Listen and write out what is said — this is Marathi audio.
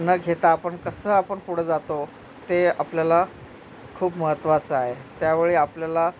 न घेता आपण कसं आपण पुढं जातो ते आपल्याला खूप महत्त्वाचं आहे त्यावेळी आपल्याला